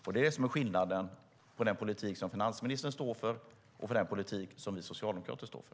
Det är det som är skillnaden på den politik som finansministern står för och den politik som vi socialdemokrater står för.